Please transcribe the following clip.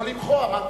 לא למחוא, אמרתי.